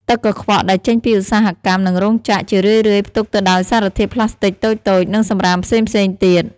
ទឹកកខ្វក់ដែលចេញពីឧស្សាហកម្ម និងរោងចក្រ ជារឿយៗផ្ទុកទៅដោយសារធាតុប្លាស្ទិកតូចៗ និងសំរាមផ្សេងៗទៀត។